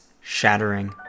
shattering